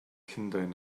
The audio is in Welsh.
llundain